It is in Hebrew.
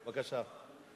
בבקשה.